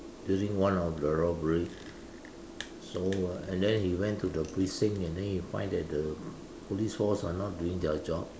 during one of the robbery so and then he went to the briefing and then he find that the police force are not doing their job